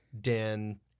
Dan